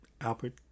Albert